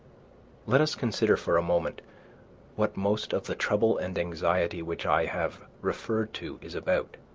let us consider for a moment what most of the trouble and anxiety which i have referred to is about,